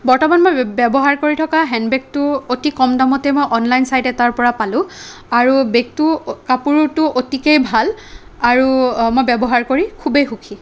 বৰ্তমান মই ব্যৱহাৰ কৰি থকা হেণ্ডবেগটো অতি কম দামতে মই অনলাইন চাইট এটাৰ পৰা পালোঁ আৰু বেগটোৰ কাপোৰটো অতিকৈ ভাল আৰু মই ব্যৱহাৰ কৰি খুবেই সুখী